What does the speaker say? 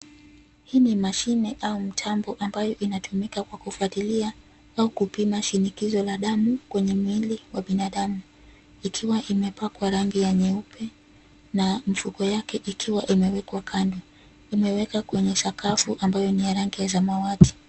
Hii ni mashine au mtambo ambayo inatumika kwa kufuatila au kupima shinikizo la damu kwenye mwili wa binadamu, ikiwa imepakwa rangi ya nyeupe na mfuko yake ikiwa imewekwa kando. Imewekwa kwenye sakafu ambayo ni rangi ya samawati.